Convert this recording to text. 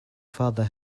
father